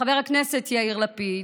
חבר הכנסת יאיר לפיד,